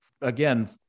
again